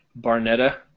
Barnetta